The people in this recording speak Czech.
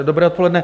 Dobré odpoledne.